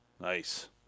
nice